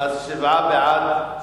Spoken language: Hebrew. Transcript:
אז שבעה בעד,